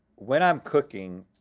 when i'm cooking